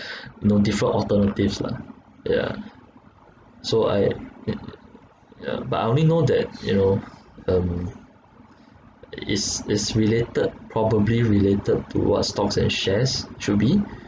you know different alternatives lah yeah so I eh yeah but I only know that you know um it's it's related probably related towards stocks and shares should be